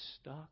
stuck